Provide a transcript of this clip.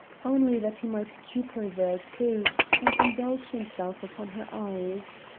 only that he might keep her there too and indulge himself upon her eyes.